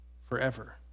forever